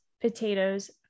potatoes